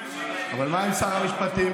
אבל מה עם שר המשפטים?